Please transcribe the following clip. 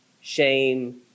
shame